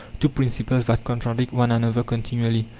two principles that contradict one another continually.